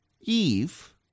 Eve